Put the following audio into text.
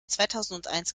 zweitausendeins